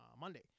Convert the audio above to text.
monday